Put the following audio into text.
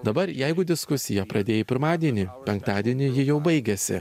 dabar jeigu diskusiją pradėjai pirmadienį penktadienį ji jau baigiasi